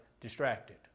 distracted